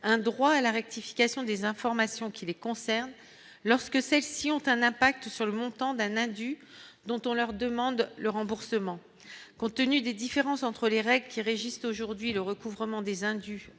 un droit à la rectification des informations qui les concernent, lorsque celles-ci ont un impact sur le montant d'un indu dont on leur demande le remboursement, compte tenu des différences entre les règles qui régissent aujourd'hui le recouvrement des indus